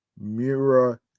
Mira